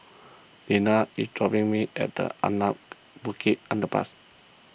Dina is dropping me at the Anak Bukit Underpass